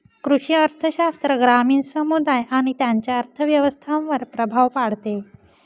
कृषी अर्थशास्त्र ग्रामीण समुदाय आणि त्यांच्या अर्थव्यवस्थांवर प्रभाव पाडते